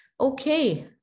Okay